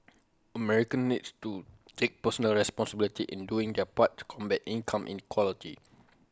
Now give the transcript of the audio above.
Americans needs to take personal responsibility in doing their part to combat income inequality